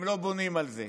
הם לא בונים על זה.